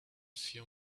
few